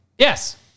Yes